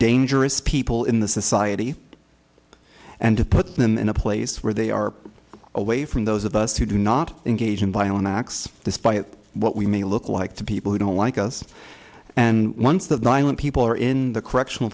dangerous people in the society and to put them in a place where they are away from those of us who do not engage in violent acts despite what we may look like to people who don't like us and once the violent people are in the correctional